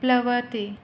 प्लवते